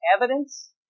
evidence